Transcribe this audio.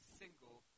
single